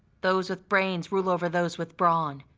those with brains rule over those with brawn,